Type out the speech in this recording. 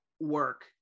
work